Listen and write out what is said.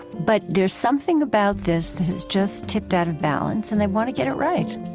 but there's something about this that has just tipped out of balance and they want to get it right